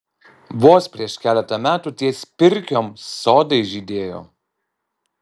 vos prieš keletą metų ties pirkiom sodai žydėjo